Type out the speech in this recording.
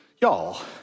y'all